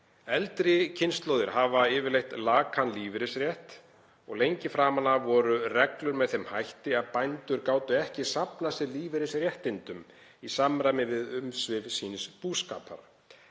Eldri kynslóðir hafa yfirleitt lakan lífeyrisrétt. Lengi framan af voru reglur með þeim hætti að bændur gátu ekki safnað sér lífeyrisréttindum í samræmi við umsvif síns búskapar.